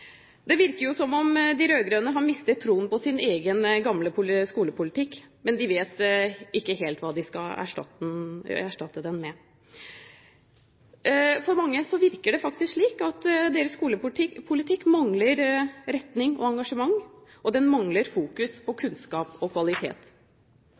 Det virker som om de rød-grønne har mistet troen på sin egen gamle skolepolitikk, men de vet ikke helt hva de skal erstatte den med. For mange virker det som om deres skolepolitikk mangler retning og engasjement, og den mangler fokus på